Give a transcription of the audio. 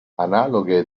analoghe